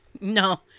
No